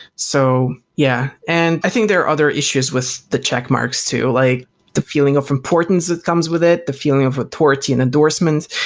so yeah, and i think there are other issues with the checkmarks too, like the feeling of importance that comes with it, the feeling of authority and endorsements,